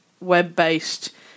web-based